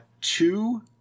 two